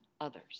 others